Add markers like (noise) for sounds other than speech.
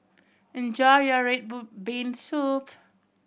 enjoy your red (unintelligible) bean soup